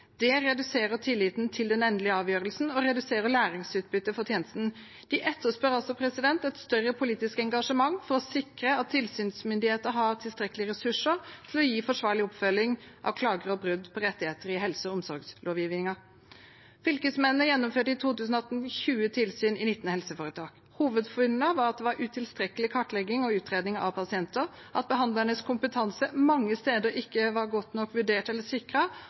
Det reduserer tilliten til den endelige avgjørelsen og reduserer læringsutbyttet for tjenesten. De etterspør et større politisk engasjement for å sikre at tilsynsmyndigheten har tilstrekkelige ressurser til å gi forsvarlig oppfølging av klager og brudd på rettigheter i helse- og omsorgslovgivningen. Fylkesmennene gjennomførte i 2018 20 tilsyn i 19 helseforetak. Hovedfunnene var at det var utilstrekkelig kartlegging og utredning av pasienter, og at behandlernes kompetanse mange steder ikke var godt nok vurdert eller